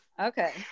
Okay